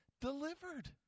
delivered